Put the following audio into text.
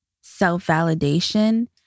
self-validation